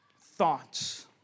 thoughts